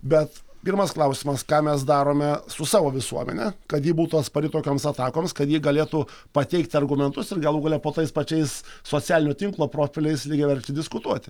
bet pirmas klausimas ką mes darome su savo visuomene kad ji būtų atspari tokioms atakoms kad ji galėtų pateikt argumentus ir galų gale po tais pačiais socialinio tinklo profiliais lygiaverčiai diskutuoti